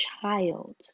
child